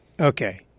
Okay